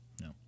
No